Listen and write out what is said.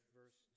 verse